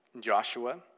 Joshua